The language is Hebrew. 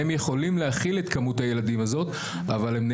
הם יכולים להכיל את כמות הילדים הזאת,